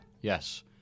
Yes